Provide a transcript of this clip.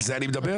על זה אני מדבר.